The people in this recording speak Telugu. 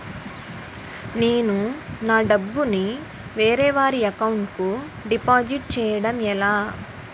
నేను నా డబ్బు ని వేరే వారి అకౌంట్ కు డిపాజిట్చే యడం ఎలా?